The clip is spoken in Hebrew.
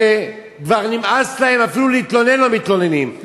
וכבר נמאס להם אפילו להתלונן, והם לא מתלוננים.